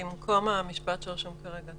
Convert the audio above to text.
במקום המשפט שרשום כרגע.